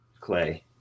Clay